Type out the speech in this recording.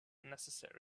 necessary